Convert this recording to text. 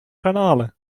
garnalen